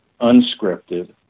unscripted